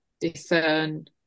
discern